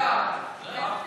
לא,